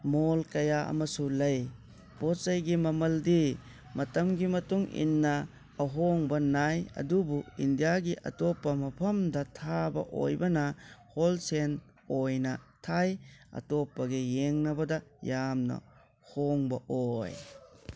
ꯃꯣꯜ ꯀꯌꯥ ꯑꯃꯁꯨ ꯂꯩ ꯄꯣꯠ ꯆꯩꯒꯤ ꯃꯃꯜꯗꯤ ꯃꯇꯝꯒꯤ ꯃꯇꯨꯡ ꯏꯟꯅ ꯑꯍꯣꯡꯕ ꯅꯥꯏ ꯑꯗꯨꯕꯨ ꯏꯟꯗꯤꯌꯥꯒꯤ ꯑꯇꯣꯞꯄ ꯃꯐꯝꯗ ꯊꯥꯕ ꯑꯣꯏꯕꯅ ꯍꯣꯜ ꯁꯦꯟ ꯑꯣꯏꯅ ꯊꯥꯏ ꯑꯇꯣꯞꯄꯒ ꯌꯦꯡꯅꯕꯗ ꯌꯥꯝꯅ ꯍꯣꯡꯕ ꯑꯣꯏ